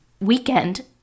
weekend